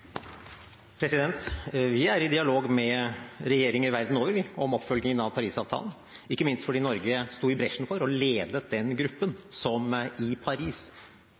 Vi er i dialog med regjeringer verden over, vi, om oppfølgingen av Paris-avtalen, ikke minst fordi Norge sto i bresjen for og ledet den gruppen som i Paris